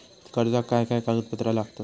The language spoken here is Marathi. कर्जाक काय काय कागदपत्रा लागतत?